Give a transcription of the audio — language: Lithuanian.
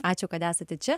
ačiū kad esate čia